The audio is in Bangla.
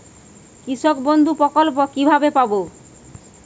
কৃষকবন্ধু প্রকল্প কিভাবে পাব?